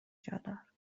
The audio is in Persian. جادار